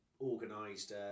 organised